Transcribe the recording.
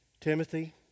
Timothy